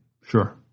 sure